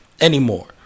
anymore